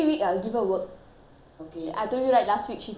I told you right last week she finish everything that I gave her in one day